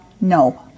no